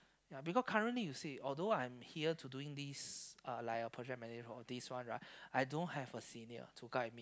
yea because currently you see although I'm here to doing this uh like a project management work this one right I don't have a senior to guide me